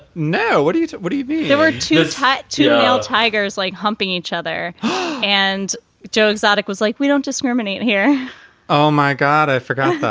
now, what do you what do you mean? there were two tight ah tigers like humping each other and joe exotic was like, we don't discriminate here oh, my god, i forgot.